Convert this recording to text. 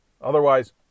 Otherwise